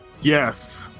Yes